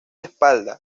espalda